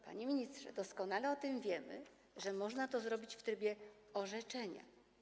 Panie ministrze, doskonale o tym wiemy, że można to zrobić w trybie orzeczenia.